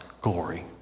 glory